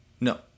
No